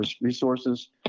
resources